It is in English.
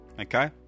Okay